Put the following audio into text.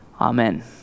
Amen